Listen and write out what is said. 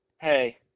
hey